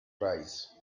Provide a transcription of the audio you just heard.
prize